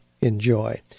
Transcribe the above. enjoy